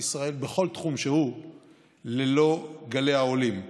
ישראל בכל תחום שהוא ללא גלי העולים.